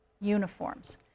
uniforms